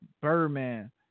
Birdman